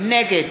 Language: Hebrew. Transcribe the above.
נגד